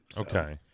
Okay